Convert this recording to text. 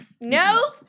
No